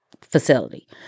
facility